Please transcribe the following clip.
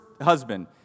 husband